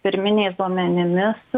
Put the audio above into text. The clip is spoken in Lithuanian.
pirminiais duomenimis